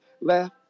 laugh